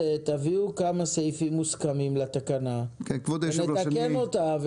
תביאו כמה סעיפים מוסכמים לתקנה ונתקן אותה,